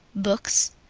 books.